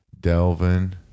delvin